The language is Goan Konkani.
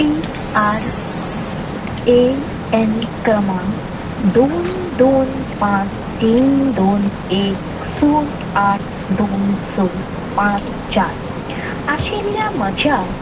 पी आर ए एन क्रमांक दोन दोन पांच तीन दोन एक स आठ दोन स पांच चार आशिल्ल्या म्हज्या